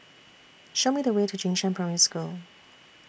Show Me The Way to Jing Shan Primary School